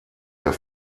der